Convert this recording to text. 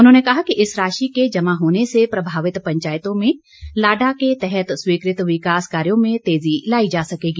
उन्होंने कहा कि इस राशि के जमा होने से प्रभावित पंचायतों में लाडा के तहत स्वीकृत विकास कार्यों में तेज़ी लाई जा सकेगी